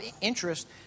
interest